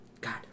God